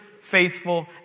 faithful